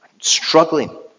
struggling